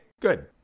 good